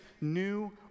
new